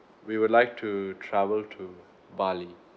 we would like to travel to bali